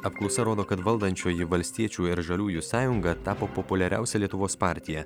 apklausa rodo kad valdančioji valstiečių ir žaliųjų sąjunga tapo populiariausia lietuvos partija